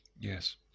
Yes